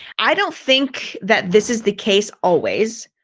i don't think that this is the case, always.